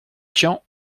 tian